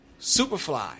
Superfly